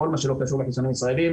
כל מה שלא קשור לחיסונים ישראלים,